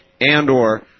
and/or